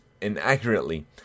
inaccurately